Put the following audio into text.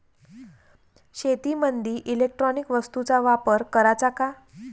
शेतीमंदी इलेक्ट्रॉनिक वस्तूचा वापर कराचा का?